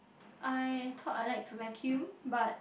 I thought I like to vacuum but